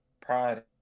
pride